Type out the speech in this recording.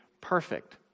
perfect